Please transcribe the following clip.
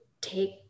take